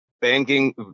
Banking